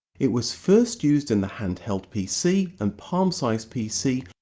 it was first used in the handheld pc and palm-size pc,